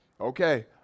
Okay